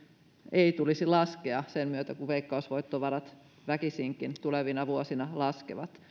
ei tulisi laskea sen myötä kun veikkausvoittovarat väkisinkin tulevina vuosina laskevat